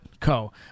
Co